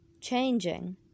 changing